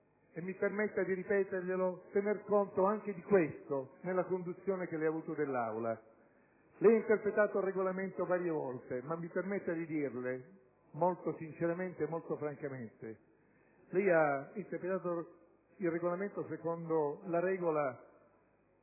- mi permetta di ripeterglielo - tener conto anche di questo nella conduzione dei lavori dell'Aula. Lei ha interpretato il Regolamento varie volte. Ma mi permetta di dirle, molto sinceramente e molto francamente, che lei ha interpretato il regolamento secondo la regola: